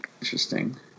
Interesting